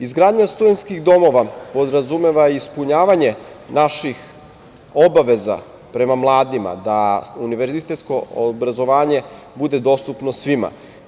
Izgradnja studentskih domova podrazumeva ispunjavanje naših obaveza prema mladima da univerzitetsko obrazovanje bude dostupno svima.